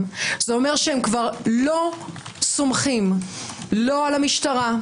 זה אומר שהם לא סומכים לא על המשטרה,